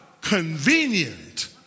Convenient